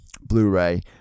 Blu-ray